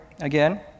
again